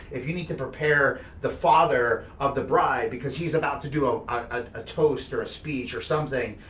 if you need to prepare the father of the bride because he's about to do ah a toast or a speech or something,